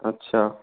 अच्छा